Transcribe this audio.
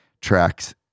tracks